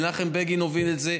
מנחם בגין הוביל את זה,